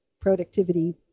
productivity